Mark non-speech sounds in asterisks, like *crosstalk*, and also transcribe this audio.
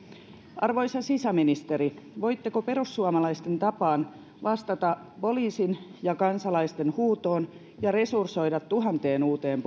arvoisa sisäministeri voitteko perussuomalaisten tapaan vastata poliisin ja kansalaisten huutoon ja resursoida tuhanteen uuteen *unintelligible*